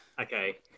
Okay